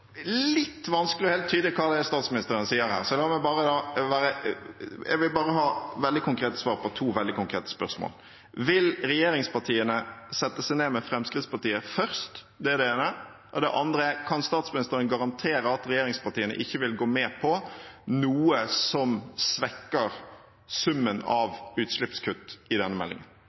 litt vanskelig å tyde helt hva statsråden sier her. Jeg vil bare ha veldig konkrete svar på to veldig konkrete spørsmål: Vil regjeringspartiene sette seg ned med Fremskrittspartiet først? Det er det ene. Det andre er: Kan statsministeren garantere at regjeringspartiene ikke vil gå med på noe som svekker summen av utslippskutt i denne meldingen?